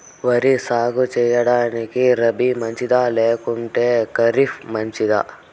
వరి సాగు సేయడానికి రబి మంచిదా లేకుంటే ఖరీఫ్ మంచిదా